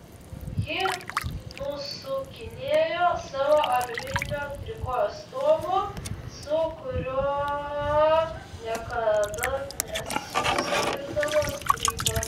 ji nusukinėjo savo aliumininio trikojo stovo su kuriuo niekada nesiskirdavo strypą